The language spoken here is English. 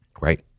Right